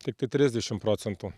tiktai trisdešimt procentų